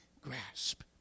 grasp